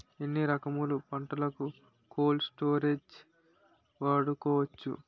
ఎన్ని రకములు పంటలకు కోల్డ్ స్టోరేజ్ వాడుకోవచ్చు?